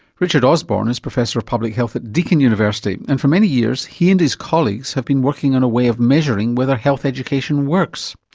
richard osborne is professor of public health at deakin university and for many years, he and his colleagues have been working on a way of measuring whether health education works.